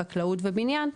חקלאות ובניין,